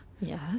Yes